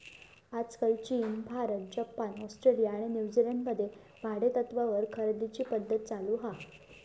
आजकाल चीन, Bharat, Japan, Australia आणि न्यूजीलंड मध्ये भाडेतत्त्वावर खरेदीची पध्दत चालु हा